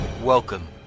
Welcome